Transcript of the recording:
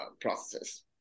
processes